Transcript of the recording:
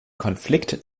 konflikt